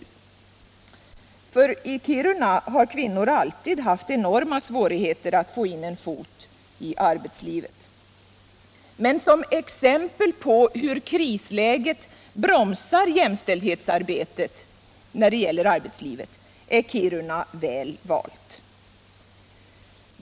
I Kiruna har nämligen kvinnor alltid haft enorma svårigheter att få in en fot i arbetslivet. Men som exempel på hur krisläget bromsar jämställdhetsarbetet i arbetslivet är Kiruna väl valt.